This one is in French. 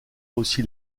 aussi